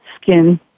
skin